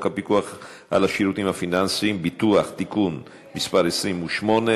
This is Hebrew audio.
הפיקוח על שירותים פיננסיים (ביטוח) (תיקון מס' 28),